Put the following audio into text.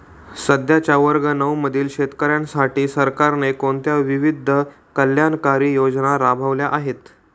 सध्याच्या वर्ग नऊ मधील शेतकऱ्यांसाठी सरकारने कोणत्या विविध कल्याणकारी योजना राबवल्या आहेत?